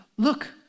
Look